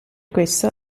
questo